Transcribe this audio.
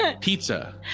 Pizza